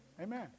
Amen